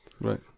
Right